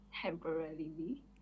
temporarily